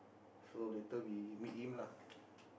so later we meet him lah